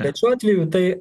bet šiuo atveju tai